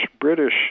British